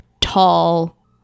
tall